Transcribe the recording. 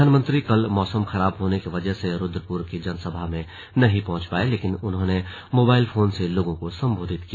प्रधानमंत्री कल मौसम खराब होने की वजह से रुद्रपुर की जनसभा में नहीं पहुंच पाए लेकिन उन्होंने मोबाइल फोन से लोगों को संबोधित किया